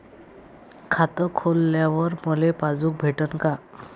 खातं खोलल्यावर मले पासबुक भेटन का?